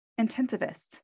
intensivists